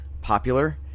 popular